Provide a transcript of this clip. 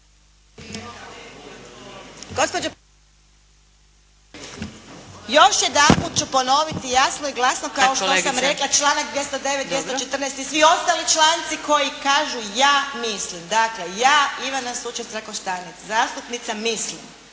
Još jedanput ću ponoviti jasno i glasno kao što sam rekla. Članak 209., 214. i svi ostali članci koji kažu ja mislim dakle, ja Ivana Sučec-Trakoštanec zastupnica mislim,